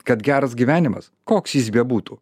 kad geras gyvenimas koks jis bebūtų